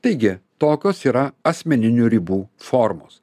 taigi tokios yra asmeninių ribų formos